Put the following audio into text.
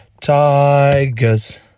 Tigers